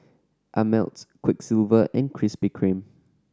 Ameltz Quiksilver and Krispy Kreme